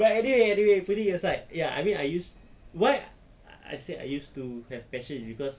but anyway anyway we put it aside ya I mean I used to why I said I used to have passion is cause